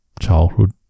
childhood